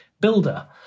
builder